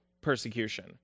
persecution